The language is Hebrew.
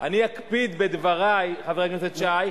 אני אקפיד בדברי, חבר הכנסת שי,